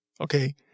Okay